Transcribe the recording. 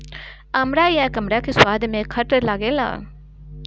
अमड़ा या कमरख स्वाद में खट्ट लागेला